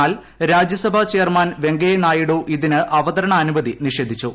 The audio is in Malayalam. എന്നാൽ രാജ്യസഭാ ചെയർമാൻ വെങ്കയ്യ നായിഡു ഇതിന് അവതരണാനുമതി നിഷേധിച്ചു